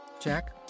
Jack